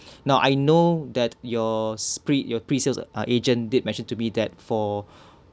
now I know that your pre your pre sales ah agent did mention to me that for